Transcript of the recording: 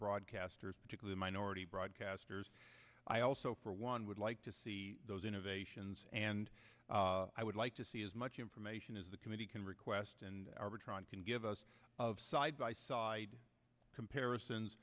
broadcasters particularly minority broadcasters i also for one would like to see those innovations and i would like to see as much information as the committee can request and arbitron can give us of side by side comparisons